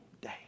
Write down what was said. day